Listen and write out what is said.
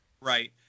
Right